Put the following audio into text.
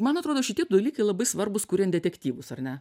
man atrodo šitie dalykai labai svarbūs kuriant detektyvus ar ne